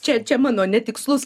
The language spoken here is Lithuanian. čia čia mano netikslus